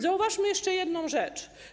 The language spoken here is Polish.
Zauważmy jeszcze jedną rzecz.